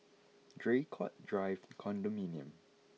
Draycott Drive Condominium